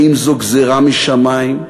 אם זו גזירה משמים,